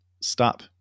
stop